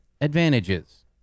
advantages